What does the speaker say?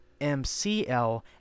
MCL